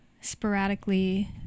sporadically